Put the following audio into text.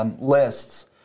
lists